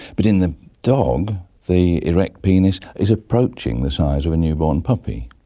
but in the dog the erect penis is approaching the size of a newborn puppy,